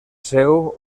seu